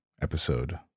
episode